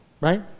right